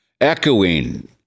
echoing